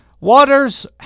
Waters